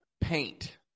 paint